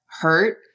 hurt